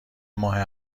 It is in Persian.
ماه